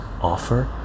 offer